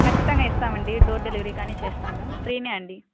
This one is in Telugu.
ఖచ్చితంగా ఇస్తామండి డోర్ డెలివరీ కానీ చేస్తాము ఫ్రీ అండి